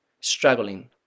struggling